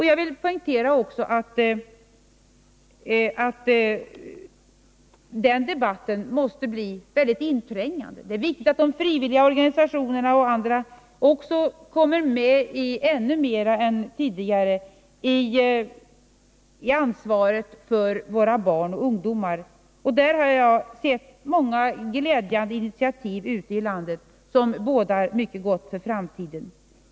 Jag vill också poängtera att den debatten måste bli väldigt inträngande. Det är viktigt att också de frivilliga organisationerna och andra i större utsträckning än tidigare är med om att ta ansvar för våra barn och ungdomar. I det avseendet har jag upplevt många glädjande initiativ som tagits ute i landet och som bådar mycket gott för framtiden.